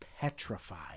petrified